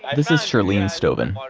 this is shirlene stoven.